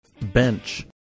Bench